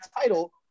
title